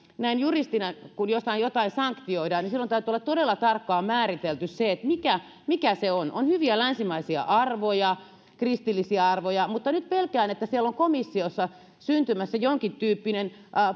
näen juristina että kun jotain jotain sanktioidaan niin silloin täytyy olla todella tarkkaan määritelty se mikä mikä se on on hyviä länsimaisia arvoja kristillisiä arvoja mutta nyt pelkään että siellä on komissiossa syntymässä jonkin tyyppinen